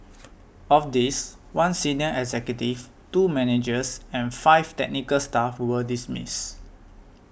of these one senior executive two managers and five technical staff were dismissed